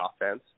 offense